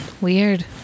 Weird